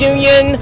Union